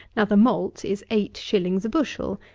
now the malt is eight shillings a bushel,